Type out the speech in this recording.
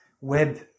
web